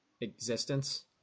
Existence